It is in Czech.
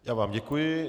Já vám děkuji.